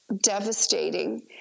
devastating